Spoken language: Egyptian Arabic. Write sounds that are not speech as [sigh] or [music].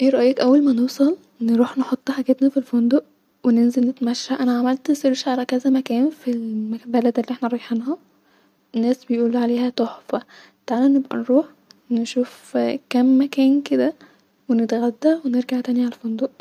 [hesitation] ايه رأيه اول ما نوصل نروح نحط حاجتنا ف الفندق-وننظل نتمشي انا عملت سيرش علي كذا مكان-في البلاد الي احنا رايحينها-الناس بيقولو عليها تحففه-تعالي نبقي نروح نشوف كام مكان كده-ونتغدا ونرجع تاني علي الفندق